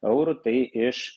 eurų tai iš